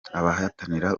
abahatanira